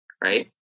right